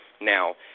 Now